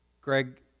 Greg